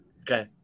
Okay